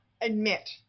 admit